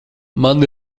man